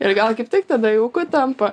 ir gal kaip tik tada jau tampa